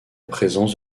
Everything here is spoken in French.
présence